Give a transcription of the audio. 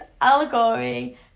allegory